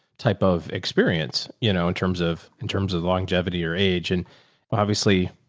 type of experience, you know, in terms of, in terms of longevity or age. and but obviously,